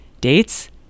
Dates